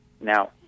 Now